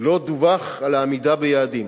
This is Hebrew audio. לא דווח על עמידה ביעדים.